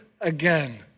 again